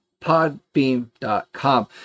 podbeam.com